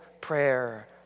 prayer